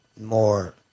More